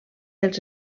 dels